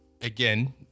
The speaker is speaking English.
Again